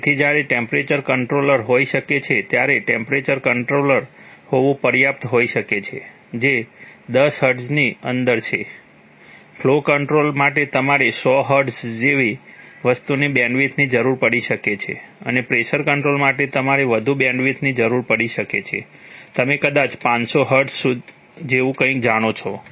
તેથી જ્યારે temperature controller હોઈ શકે છે ત્યારે ટેમ્પરેચર કંટ્રોલર હોવું પર્યાપ્ત હોઈ શકે છે જે 10 હર્ટ્ઝની અંદર છે ફ્લો કંટ્રોલ માટે તમારે 100 હર્ટ્ઝ જેવી વસ્તુની બેન્ડવિડ્થની જરૂર પડી શકે છે અને પ્રેશર કંટ્રોલ માટે તમારે વધુ બેન્ડવિડ્થની જરૂર પડી શકે છે તમે કદાચ 500 હર્ટ્ઝ જેવું કંઈક જાણો છો